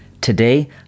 today